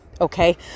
okay